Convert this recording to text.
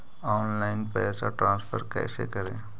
Online पैसा transfer कैसे करे?